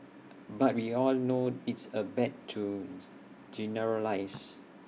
but we all know it's A bad to generalise